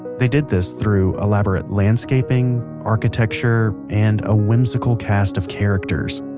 they did this through elaborate landscaping, architecture and a whimsical cast of characters.